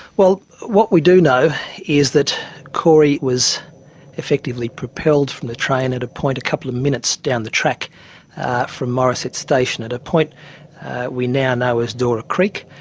well, what we do know is that corey was effectively propelled from the train at a point a couple of minutes down the track from morisset station at a point we now know as dora creek,